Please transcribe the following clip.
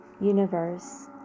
Universe